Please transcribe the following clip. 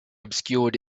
obscured